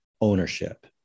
ownership